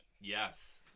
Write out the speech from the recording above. Yes